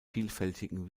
vielfältigen